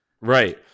Right